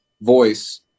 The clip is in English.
voice